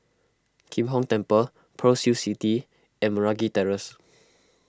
Kim Hong Temple Pearl's Hill City and Meragi Terrace